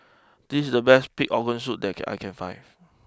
this is the best Pig Organ Soup that I can find